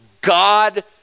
God